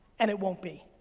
and it won't be,